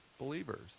believers